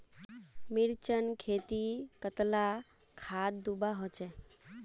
मिर्चान खेतीत कतला खाद दूबा होचे?